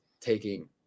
taking